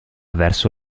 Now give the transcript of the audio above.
verso